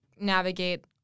navigate